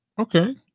okay